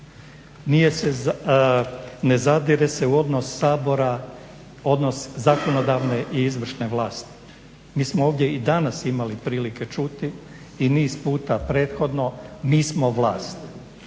Ne zadire se u odnos Sabora, odnos zakonodavne i izvršne vlasti. Mi smo ovdje i danas imali prilike čuti i niz puta prethodno mi smo vlast.